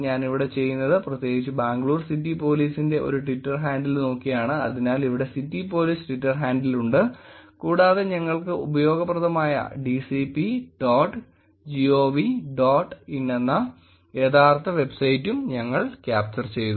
ഞാൻ ഇവിടെ ചെയ്യുന്നത് പ്രത്യേകിച്ച് ബാംഗ്ലൂർ സിറ്റി പോലീസിന്റെ ഒരു ട്വിറ്റർ ഹാൻഡിൽ നോക്കിയാണ് അതിനാൽ ഇവിടെ സിറ്റി പോലീസ് ട്വിറ്റർ ഹാൻഡിൽ ഉണ്ട് കൂടാതെ ഞങ്ങൾക്ക് ഉപയോഗപ്രദമായ dcp dot gov dot in എന്ന യഥാർത്ഥ വെബ്സൈറ്റും ഞങ്ങൾ ക്യാപ്ചർ ചെയ്തു